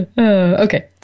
Okay